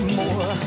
more